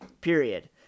period